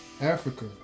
Africa